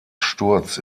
sturz